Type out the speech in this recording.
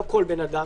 לא כל אדם,